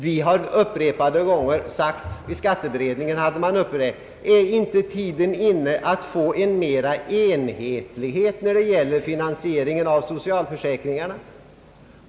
Vi har upprepade gånger sagt — den saken var uppe i skatteberedningen — att tiden torde vara inne för att åstadkomma större enhetlighet i fråga om finansieringen av socialförsäkringarna.